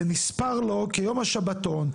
זה נספר לו כיום השבתון,